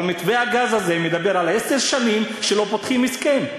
אבל מתווה הגז הזה מדבר על עשר שנים שלא פותחים הסכם.